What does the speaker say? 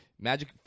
Magic